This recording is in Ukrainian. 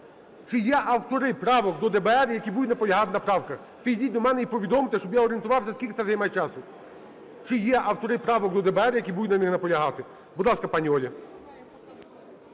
чи є автори правок до ДБР, які будуть наполягати на правках? Підійдіть до мене і повідомте, щоб я орієнтувався, скільки це займе часу. Чи є автори правок до ДБР, які будуть на них наполягати? Будь ласка, пані Оля.